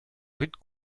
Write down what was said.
rude